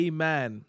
Amen